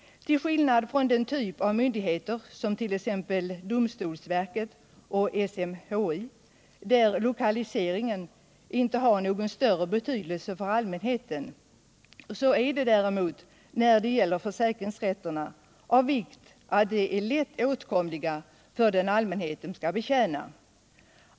Till skillnad från den typ av myndigheter, t.ex. domstolsverket och SMHI, där lokaliseringen inte har någon större betydelse för allmänheten, är det av vikt att försäkringsrätterna är lätt åtkomliga för den allmänhet de skall betjäna.